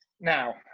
Now